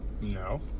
No